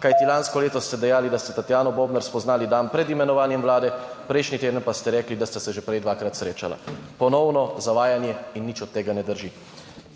kajti lansko leto ste dejali, da ste Tatjano Bobnar spoznali dan pred imenovanjem vlade, prejšnji teden pa ste rekli, da sta se že prej dvakrat srečala. Ponovno zavajanje in nič od tega ne drži.